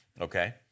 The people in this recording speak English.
okay